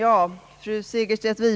Herr talman!